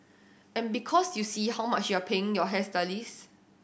and because you see how much you're paying your hairstylist